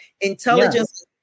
intelligence